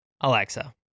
Alexa